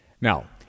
Now